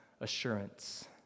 assurance